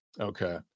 Okay